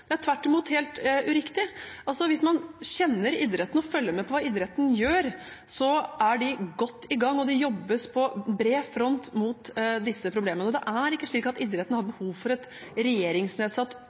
Det er tvert imot helt uriktig. Hvis man kjenner idretten og følger med på hva de gjør, vet man at de er godt i gang, og at det jobbes på bred front mot disse problemene. Det er ikke slik at idretten har